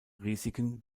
risiken